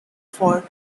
for